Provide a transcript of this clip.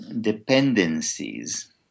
dependencies